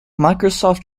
microsoft